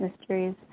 mysteries